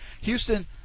Houston